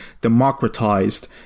democratized